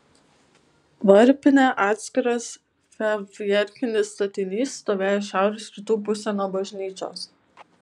varpinė atskiras fachverkinis statinys stovėjo į šiaurės rytų pusę nuo bažnyčios